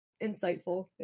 insightful